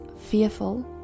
fearful